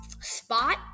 spot